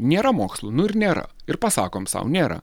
nėra mokslu ir nėra ir pasakom sau nėra